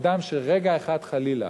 אדם שרגע אחד, חלילה,